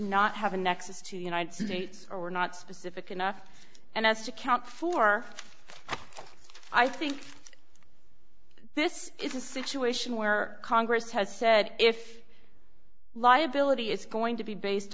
not have a nexus to the united states or were not specific enough and as to count four i think this is a situation where congress has said if liability is going to be based